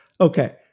Okay